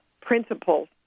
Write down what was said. principles